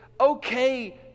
okay